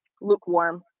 lukewarm